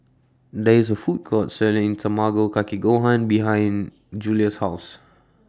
There IS A Food Court Selling Tamago Kake Gohan behind Julia's House